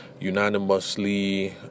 unanimously